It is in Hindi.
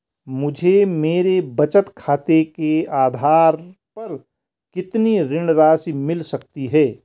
मुझे मेरे बचत खाते के आधार पर कितनी ऋण राशि मिल सकती है?